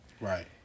Right